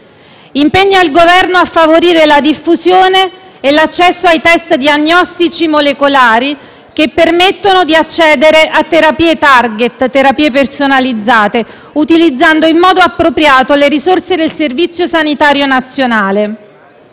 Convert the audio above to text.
oncologico; a favorire la diffusione e l'accesso ai *test* diagnostici molecolari che permettono di accedere a terapie *target* personalizzate, utilizzando in modo appropriato le risorse del Servizio sanitario nazionale.